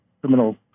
criminal